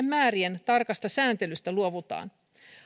määrien tarkasta sääntelystä luovutaan